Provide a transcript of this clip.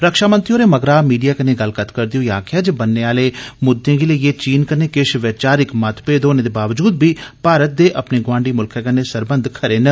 रक्षामंत्री होरें मगरा मीडिया कन्नै गल्लबात करदे होई आक्खेआ जे बन्ने आले मुद्दे गी लेइयै चीन कन्नै किश विचारिक मतभेद होने दे बावूजद बी मारत दे अपने गुआंड़ी मुल्खै कन्नै सरबंघ खरे न